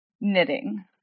knitting